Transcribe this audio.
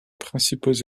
principaux